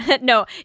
No